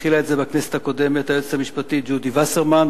התחילה את זה בכנסת הקודמת היועצת המשפטית ג'ודי וסרמן,